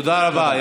תודה רבה.